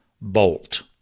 bolt